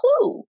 clue